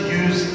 use